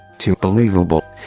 too believable.